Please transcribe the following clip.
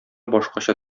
башкача